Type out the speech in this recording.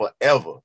forever